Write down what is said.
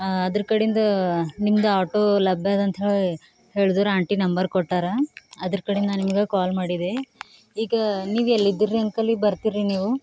ಅದರ ಕಡಿಂದು ನಿಮ್ದು ಆಟೋ ಲಭ್ಯ ಅದ ಅಂತ ಹೇಳಿ ಹೇಳಿದರು ಆಂಟಿ ನಂಬರ್ ಕೊಟ್ಟಾರ ಅದರ ಕಡಿಂದು ನಾನು ನಿಮ್ಗೆ ಕಾಲ್ ಮಾಡಿದೆ ಈಗ ನೀವೆಲ್ಲಿ ಇದ್ದೀರಿ ರೀ ಅಂಕಲ್ ಈಗ ಬರ್ತೀರಾ ರೀ ನೀವು